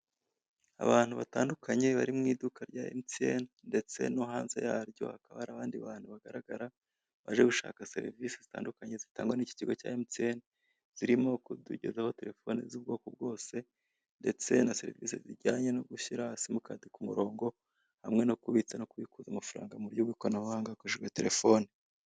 Abantu batandukanye bari mu iduka rya emutiyene ndetse no hanze yaryo hakaba hari abandi bantu bagaragara, baje gushaka serivisi zitandukanye zitangwa n'iki kigo cya emutiyene, zirimo kutugezaho telefoni z'ubwoko bwose ndetse na serivisi zijyanye no gushyira simukadi ku murongo, hamwe no kubitsa no kubikuza amafaranga mu buryo bw'ikoranabuhanga hakoreshejwe telefoni.